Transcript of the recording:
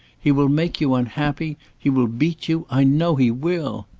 he will make you unhappy he will beat you, i know he will!